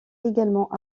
également